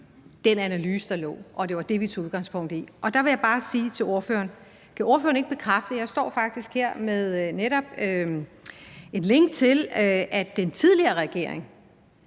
den analyse, der lå, og det var det, vi tog udgangspunkt i. Og der vil jeg bare sige til ordføreren, at jeg faktisk står her med et link til, at den tidligere regering